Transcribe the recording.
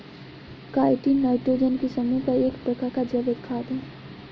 chitin nitrogen के समूह का एक प्रकार का जैविक खाद है